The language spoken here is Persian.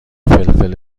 فلفل